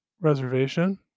reservation